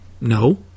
No